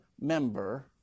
member